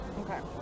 okay